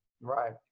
Right